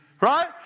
Right